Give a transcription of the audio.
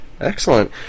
Excellent